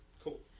Cool